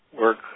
work